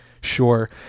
sure